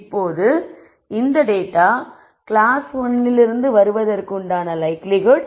இப்போது இந்த data class 1 விலிருந்து வருவதற்கு லைக்லிஹுட் 0